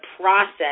process